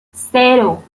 cero